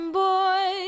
boy